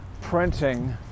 printing